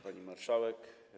Pani Marszałek!